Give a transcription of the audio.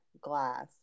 glass